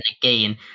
again